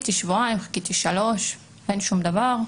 חיכיתי שבועיים, חיכיתי שלושה, אין שום דבר.